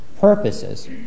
purposes